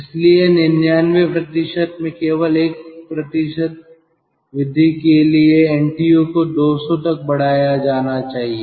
इसलिए 99 में केवल 1 वृद्धि के लिए NTU को 200 तक बढ़ाया जाना चाहिए